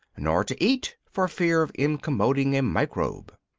nor to eat for fear of incommoding a microbe.